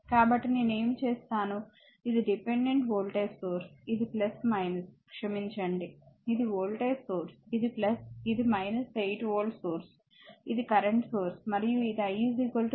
కాబట్టి నేను ఏమి చేస్తాను ఇది డిపెండెంట్ వోల్టేజ్ సోర్స్ ఇది క్షమించండి ఇది వోల్టేజ్ సోర్స్ ఇది ఇది 8 వోల్ట్ సోర్స్ ఇది కరెంట్ సోర్స్ మరియు ఇది I 3 ఆంపియర్